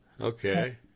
Okay